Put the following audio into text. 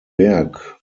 berg